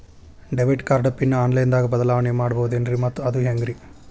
Debit card pin online ದಾಗ ಬದಲಾವಣೆ ಮಾಡಬಹುದೇನ್ರಿ ಮತ್ತು ಅದು ಹೆಂಗ್ರಿ?